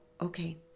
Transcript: okay